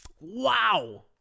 Wow